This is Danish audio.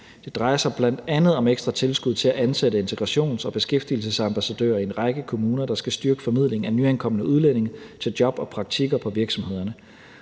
Det drejer sig bl.a. om ekstra tilskud til at ansætte integrations- og beskæftigelsesambassadører i en række kommuner, der skal styrke formidlingen af nyankomne udlændinge til job og praktikker på virksomhederne.